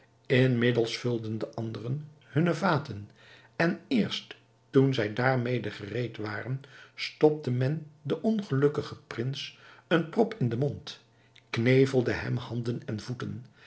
inmiddels vulden de anderen hunne vaten en eerst toen zij daarmede gereed waren stopte men den ongelukkigen prins eene prop in den mond knevelde hem handen en voeten